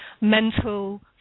mental